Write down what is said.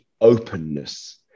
openness